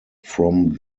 from